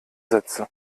sätze